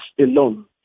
alone